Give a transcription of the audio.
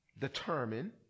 determine